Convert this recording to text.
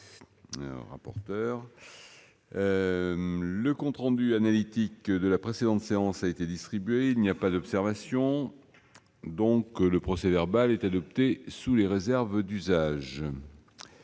Le compte rendu analytique de la précédente séance a été distribué. Il n'y a pas d'observation ?... Le procès-verbal est adopté sous les réserves d'usage.